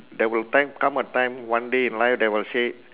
there will time come a time one day in life that will say